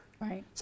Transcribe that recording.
Right